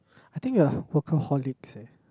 I think they are workaholics eh